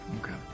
Okay